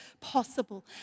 possible